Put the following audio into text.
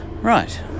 Right